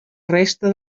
resta